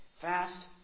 Fast